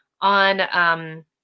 on